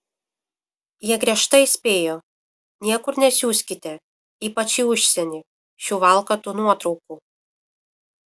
jie griežtai įspėjo niekur nesiųskite ypač į užsienį šių valkatų nuotraukų